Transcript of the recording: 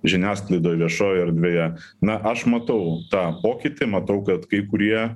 žiniasklaidoj viešoj erdvėje na aš matau tą pokytį matau kad kai kurie